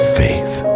faith